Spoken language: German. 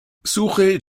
suche